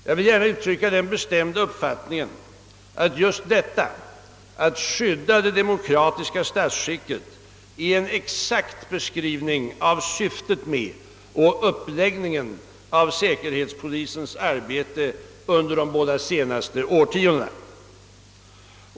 Jag vill gärna uttrycka den bestämda uppfattningen att just detta, att skydda det demokratiska statsskicket, är en exakt beskrivning av syftet med och uppläggningen av säkerhetspolisens arbete under de båda senaste årtiondena.